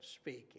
Speaking